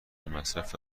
مصرف